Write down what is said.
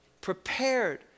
prepared